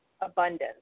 abundance